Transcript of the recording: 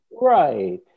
right